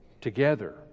together